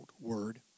word